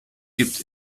gibt